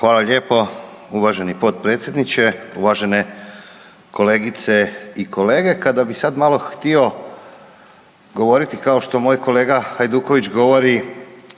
Hvala lijepo uvaženi potpredsjedniče. Uvažene kolegice i kolege, kada bi sad malo htio govoriti kao što moj kolega Hajduković govori